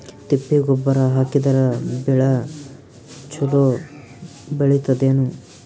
ತಿಪ್ಪಿ ಗೊಬ್ಬರ ಹಾಕಿದರ ಬೆಳ ಚಲೋ ಬೆಳಿತದೇನು?